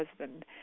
husband